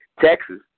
texas